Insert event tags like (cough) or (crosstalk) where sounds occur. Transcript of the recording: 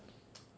(noise)